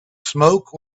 smoke